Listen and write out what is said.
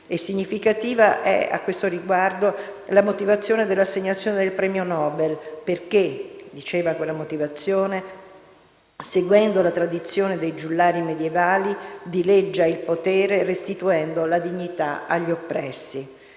significativa è, a questo riguardo, la motivazione dell'assegnazione del premio Nobel: «Perché,» - diceva quella motivazione - «seguendo la tradizione dei giullari medievali, dileggia il potere restituendo la dignità agli oppressi».